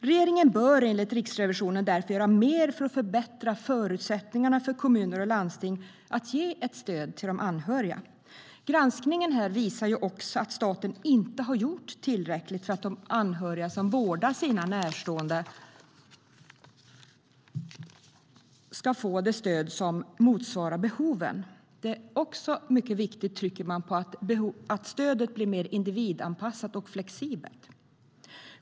Regeringen bör enligt Riksrevisionen därför göra mer för att förbättra förutsättningarna för kommuner och landsting att ge ett stöd till de anhöriga. Granskningen visar också att staten inte har gjort tillräckligt för att anhöriga som vårdar sina närstående ska få det stöd som motsvarar behoven. Det är viktigt att stödet blir mer individanpassat och flexibelt.